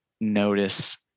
notice